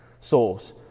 souls